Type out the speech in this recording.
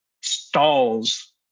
stalls